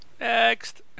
Next